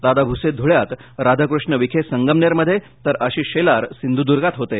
दादा भूसे धुळ्यात राधाकृष्ण विखे संगमनेर मध्ये तर आशिष शेलार सिंधुद्र्गात होते